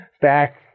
back